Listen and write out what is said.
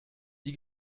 die